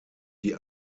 die